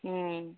ம்